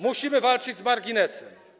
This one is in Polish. Musimy walczyć z marginesem.